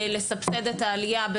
לסבסד את העלייה,